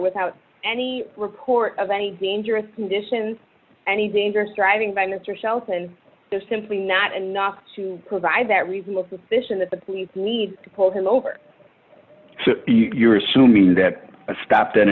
without any report of any dangerous conditions any dangerous driving by mr shelton is simply not enough to provide that reasonable suspicion that the police need to pull him over you're assuming that stopped